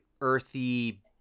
earthy